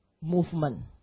movement